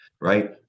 right